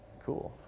cool.